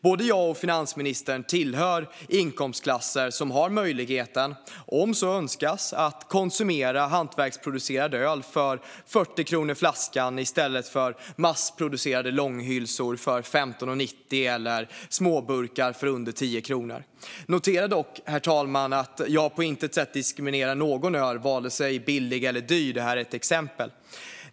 Både jag och finansministern tillhör inkomstklasser som har möjlighet att om så önskas konsumera hantverksproducerat öl för 40 kronor flaskan i stället för massproducerade långhylsor för 15:90 eller småburkar för under 10 kronor. Notera dock, herr talman, att jag på intet sätt diskriminerar något öl, vare sig billigt eller dyrt. Det här är ett exempel.